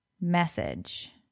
message